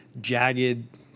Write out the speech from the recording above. jagged